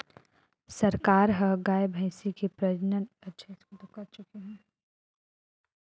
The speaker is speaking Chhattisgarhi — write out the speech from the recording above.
सरकार ह गाय, भइसी के प्रजनन बर रास्टीय परियोजना एन.पी.सी.बी.बी सुरू करे हे